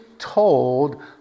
told